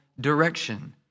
direction